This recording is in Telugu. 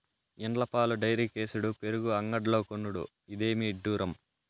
ఇండ్ల పాలు డైరీకేసుడు పెరుగు అంగడ్లో కొనుడు, ఇదేమి ఇడ్డూరం